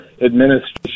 administration